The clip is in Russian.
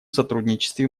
сотрудничестве